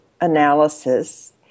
analysis